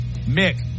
Mick